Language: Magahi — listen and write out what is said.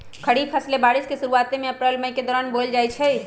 खरीफ फसलें बारिश के शुरूवात में अप्रैल मई के दौरान बोयल जाई छई